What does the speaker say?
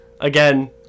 Again